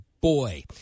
boy